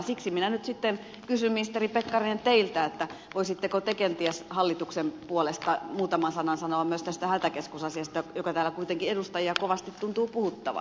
siksi minä nyt sitten kysyn ministeri pekkarinen teiltä voisitteko te kenties hallituksen puolesta muutaman sanan sanoa myös tästä hätäkeskusasiasta joka täällä kuitenkin edustajia kovasti tuntuu puhuttavan